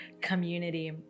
community